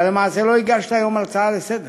אתה למעשה לא הגשת היום הצעה לסדר-היום,